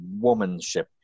womanship